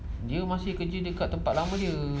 dia masih kerja dekat tempat lama dia